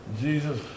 Jesus